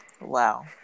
Wow